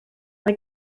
mae